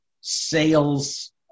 sales